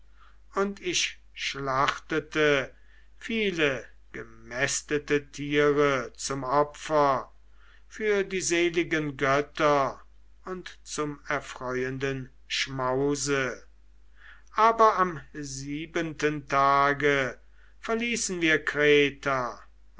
und ich schlachtete viele gemästete tiere zum opfer für die seligen götter und zum erfreuenden schmause aber am siebenten tage verließen wir kreta